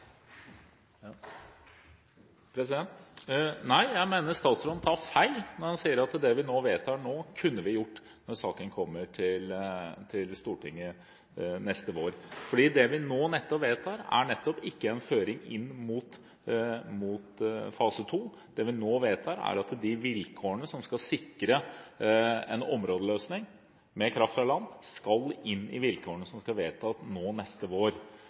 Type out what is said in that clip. vedtar. Nei! Jeg mener statsråden tar feil når han sier at det vi vedtar nå, kunne vi gjort når saken kommer til Stortinget neste vår. For det vi nå vedtar, er ikke en føring inn mot fase to; det vi nå vedtar, er at de vilkårene som skal sikre en områdeløsning med kraft fra land, skal inn i vilkårene som skal vedtas neste vår,